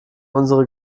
unsere